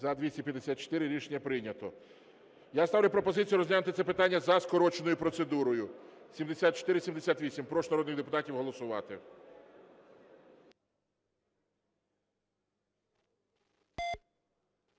За-254 Рішення прийнято. Я ставлю пропозицію розглянути це питання за скороченою процедурою, 7478. Прошу народних депутатів голосувати.